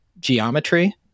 geometry